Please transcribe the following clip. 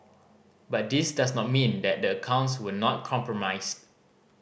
but this does not mean that the accounts were not compromised